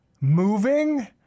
moving